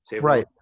right